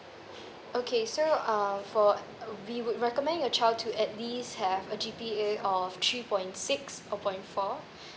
okay so uh for we would recommend your child to at least have a G_P_A of three point six or point four